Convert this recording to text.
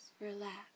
relax